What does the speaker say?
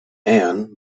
anne